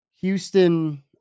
houston